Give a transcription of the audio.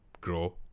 grow